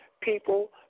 people